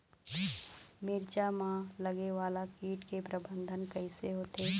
मिरचा मा लगे वाला कीट के प्रबंधन कइसे होथे?